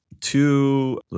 two